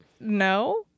no